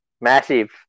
Massive